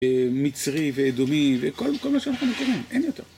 מצרי, ואדומי, וכל מה שאנחנו מכירים. אין יותר.